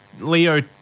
Leo